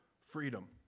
freedom